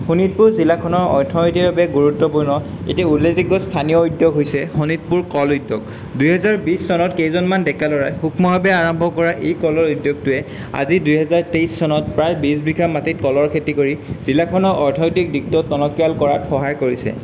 শোণিতপুৰ জিলাখনৰ অৰ্থনৈতিৰ বাবে গুৰুত্বপূৰ্ণ এটি উল্লেযোগ্য স্থানীয় উদ্যোগ হৈছে শোণিতপুৰ কল উদ্যোগ দুহেজাৰ বিছ চনত কেইজনমান ডেকা ল'ৰাই সূক্ষ্মভাৱে আৰম্ভ কৰা এই কলৰ উদ্যোগটোৱে আজি দুহেজাৰ তেইছ চনত প্ৰায় বিছ বিঘা মাটিত কলৰ খেতি কৰি জিলাখনৰ অৰ্থনৈতিক দিশত টনকিয়াল কৰাত সহায় কৰিছে